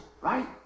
right